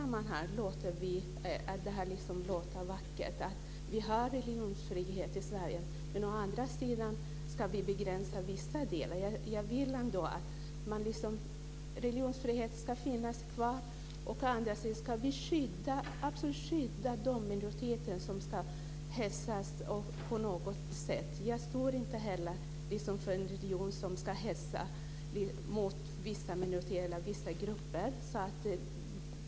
Men å andra sidan ska vi begränsa vissa delar. Jag vill att religionsfriheten ska finnas kvar, men å andra sidan ska vi skydda de minoriteter som hetsas. Jag står inte heller för en religion som hetsar mot vissa grupper.